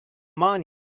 money